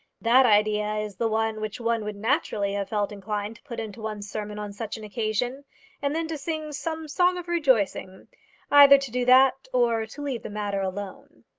that idea is the one which one would naturally have felt inclined to put into one's sermon on such an occasion and then to sing some song of rejoicing either to do that, or to leave the matter alone.